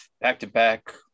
back-to-back